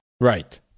Right